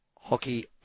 Hockey